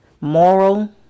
Moral